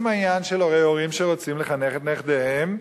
העניין של הורי הורים שרוצים לחנך את נכדיהם.